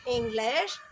English